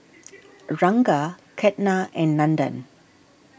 Ranga Ketna and Nandan